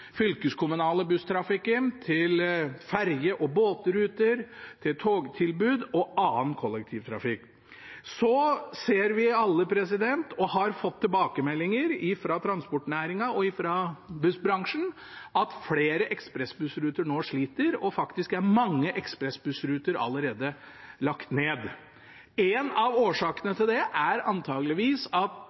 fylkeskommunale busstrafikken, ferje- og båtruter, togtilbud og annen kollektivtrafikk. Så ser vi alle og har fått tilbakemeldinger fra transportnæringen og bussbransjen om at flere ekspressbussruter nå sliter. Faktisk er mange ekspressbussruter allerede lagt ned. En av årsakene til det er antakeligvis at